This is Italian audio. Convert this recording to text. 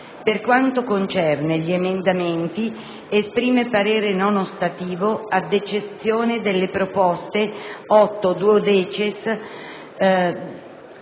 Per quanto concerne gli emendamenti, esprime parere non ostativo ad eccezione delle proposte 8-*duodecies*.2,